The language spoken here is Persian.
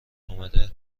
آمده